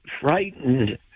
frightened